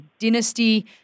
dynasty